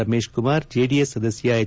ರಮೇಶ್ ಕುಮಾರ್ ಜೆಡಿಎಸ್ ಸದಸ್ನ್ ಎಚ್